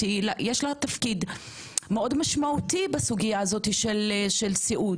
יש תפקיד משמעותי מאוד בסוגיה של סיעוד.